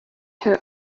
her